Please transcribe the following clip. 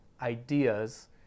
ideas